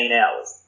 hours